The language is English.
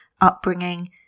upbringing